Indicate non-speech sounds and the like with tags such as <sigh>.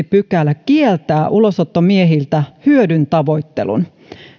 <unintelligible> pykälä kieltää ulosottomiehiltä hyödyn tavoittelun